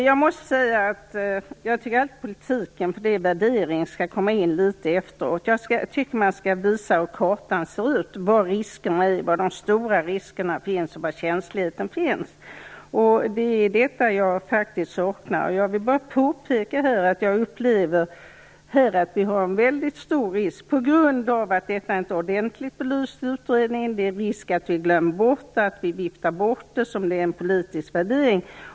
Fru talman! Jag tycker att den politiska värderingen skall komma in litet i efterhand. Jag tycker att man först skall visa hur kartan ser ut, var de stora riskerna ligger och var känsligheten finns. Jag saknar faktiskt detta. Jag vill bara påpeka att man löper en stor risk när detta inte är ordentligt belyst i utredningen. Vi kanske glömmer bort detta och viftar bort det som en politisk värdering.